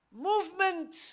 movement